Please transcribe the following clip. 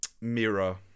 mirror